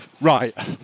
Right